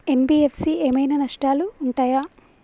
NBFC ఏమైనా నష్టాలు ఉంటయా?